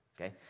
okay